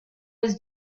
was